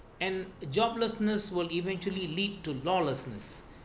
and joblessness will eventually lead to lawlessness